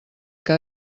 que